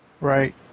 Right